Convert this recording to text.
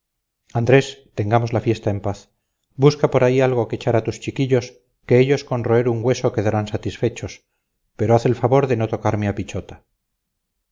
andrés tengamos la fiesta en paz busca por ahí algo que echar a tus chiquillos que ellos con roer un hueso quedarán satisfechos pero haz el favor de no tocarme a pichota